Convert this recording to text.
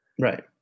Right